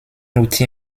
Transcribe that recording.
outil